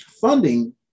funding